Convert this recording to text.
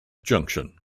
junction